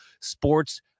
sports